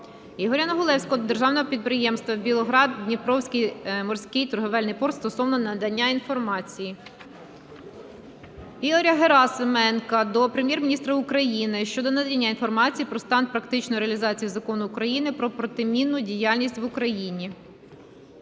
Ігоря Негулевського до Державного підприємства «Білгород-Дністровський морський торговельний порт" стосовно надання інформації. Ігоря Герасименка до Прем'єр-міністра України щодо надання інформації про стан практичної реалізації Закону України "Про протимінну діяльність в Україні".